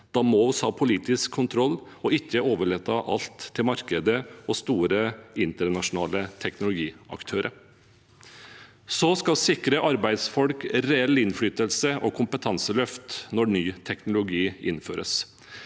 Da må vi ha politisk kontroll og ikke overlate alt til markedet og store internasjonale teknologiaktører. Så skal vi sikre arbeidsfolk reell innflytelse og kompetanseløft når ny teknologi innføres.